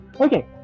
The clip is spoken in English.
Okay